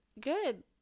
good